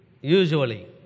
usually